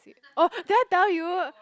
oh did I tell you